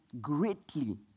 greatly